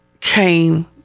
came